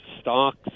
stocks